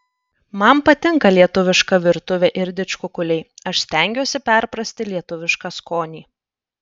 man patinka lietuviška virtuvė ir didžkukuliai aš stengiuosi perprasti lietuvišką skonį